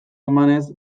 emanez